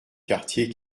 quartier